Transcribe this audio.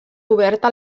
oberta